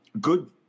good